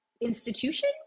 Institution